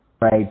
right